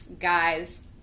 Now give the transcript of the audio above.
guys